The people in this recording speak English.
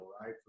right